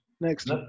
next